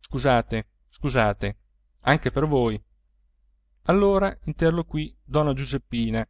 scusate scusate anche per voi allora interloquì donna giuseppina